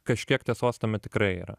kažkiek tiesos tame tikrai yra